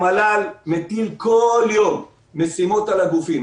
המל"ל מטיל בכל יום משימות על הגופים.